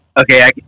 okay